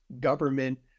government